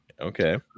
Okay